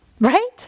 Right